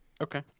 Okay